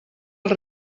els